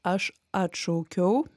aš atšaukiau